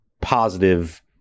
positive